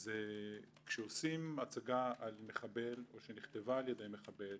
אז כשעושים הצגה על מחבל או שנכתבה על-ידי מחבל,